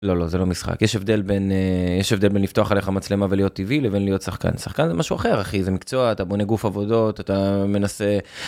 לא לא זה לא משחק יש הבדל בין יש הבדל בין לפתוח עליך מצלמה ולהיות טבעי לבין להיות שחקן. שחקן זה משהו אחר אחי זה מקצוע, אתה בונה גוף עבודות אתה מנסה...